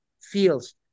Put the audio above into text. feels